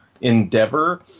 endeavor